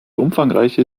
umfangreiche